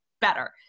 better